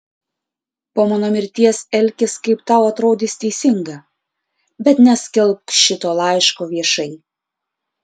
po mano mirties elkis kaip tau atrodys teisinga bet neskelbk šito laiško viešai